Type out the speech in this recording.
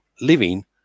living